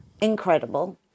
incredible